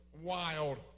wild